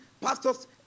pastors